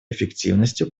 эффективностью